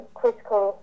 critical